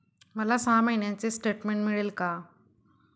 मला सहा महिन्यांचे स्टेटमेंट मिळेल का?